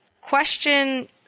question